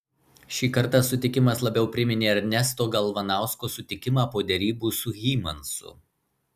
šį kartą sutikimas labiau priminė ernesto galvanausko sutikimą po derybų su hymansu